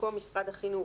במקום "משרד החינוך"